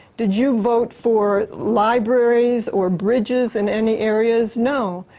did you vote for libraries or bridges in any areas? no.